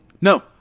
No